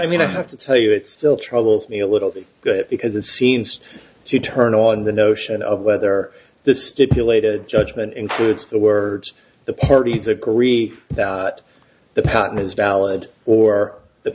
i mean i have to tell you it still troubles me a little bit because it seems to turn on the notion of whether the stipulated judgment includes the words the parties agree that the patent is valid or the